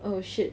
oh shit